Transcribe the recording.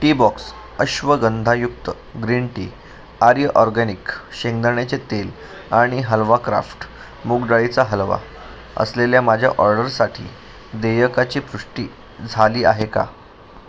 Teabox अश्वगंधायुक्त green tea Arya organic शेंगदाण्याचे तेल आणि हलवा क्राफ्ट मूग डाळीचा हलवा असलेल्या माझ्या ऑर्डरसाठी देयकाची पुष्टी झाली आहे का